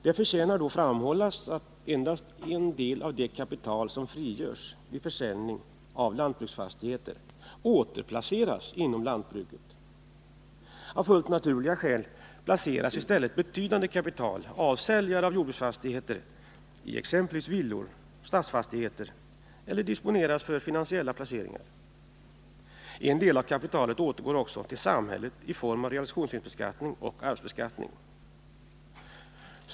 Det förtjänar då framhållas att endast en del av det kapital som frigörs vid försäljning av lantbruksfastigheter återplaceras inom lantbruket. Av fullt naturliga skäl placeras i stället betydande kapital av säljare av jordbruksfastigheter i exempelvis villor och stadsfastigheter eller disponeras för finansiella placeringar. En del av kapitalet återgår också till samhället i form av realisationsvinstbeskattning och arvsbeskattning.